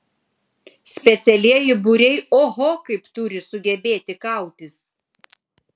specialieji būriai oho kaip turi sugebėti kautis